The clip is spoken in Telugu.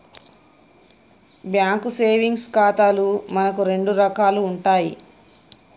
బ్యాంకు సేవింగ్స్ ఖాతాలు మనకు రెండు రకాలు ఉంటాయి